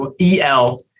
EL